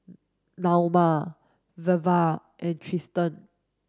Naoma Velva and Tristen